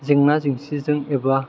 जेंना जेंसिजों एबा